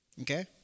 okay